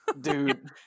Dude